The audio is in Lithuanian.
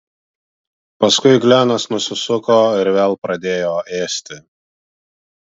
paskui glenas nusisuko ir vėl pradėjo ėsti